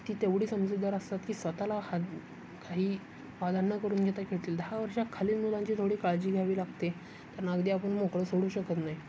ती तेवढी समजूतदार असतात की स्वतःला हात काही बाधा न करून घेता खेळतील दहा वर्षांखालील मुलांची थोडी काळजी घ्यावी लागते कारण अगदी आपण मोकळं सोडू शकत नाही